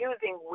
Using